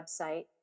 website